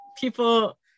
people